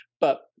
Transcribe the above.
But-